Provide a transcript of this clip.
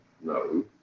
No